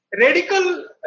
radical